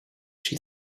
she